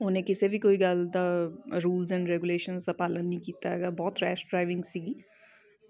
ਉਹਨੇ ਕਿਸੇ ਵੀ ਕੋਈ ਗੱਲ ਦਾ ਰੂਲਸ ਐਂਡ ਰੈਗੂਲੇਸ਼ਨਸ ਦਾ ਪਾਲਣ ਨਹੀਂ ਕੀਤਾ ਹੈਗਾ ਬਹੁਤ ਰੈਸ ਡਰਾਈਵਿੰਗ ਸੀਗੀ